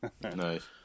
Nice